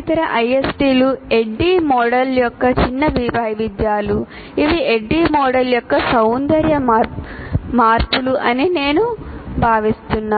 ఇతర ISD లు ADDIE model యొక్క చిన్న వైవిధ్యాలు ఇవి ADDIE మోడల్ యొక్క సౌందర్య మార్పులు అని నేను భావిస్తున్నాను